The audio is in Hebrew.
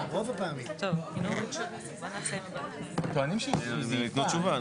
וברור שאין בהשמטה הזאת שום השמטה מהותית,